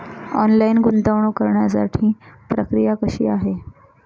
Online गुंतवणूक करण्यासाठी प्रक्रिया कशी आहे?